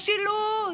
משילות,